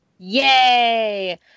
Yay